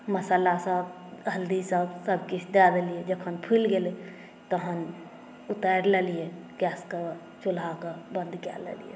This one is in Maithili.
मसल्लासभ हल्दीसभ किछु दै देलिए जखन फूलि गेल तहन उतारि लेलियै गैसके चूल्हाके बंद कए लेलियै